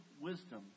wisdom